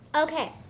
Okay